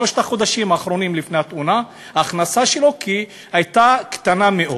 בשלושת החודשים האחרונים לפני התאונה ההכנסה שלו הייתה קטנה מאוד.